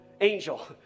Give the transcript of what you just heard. angel